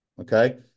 Okay